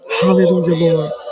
Hallelujah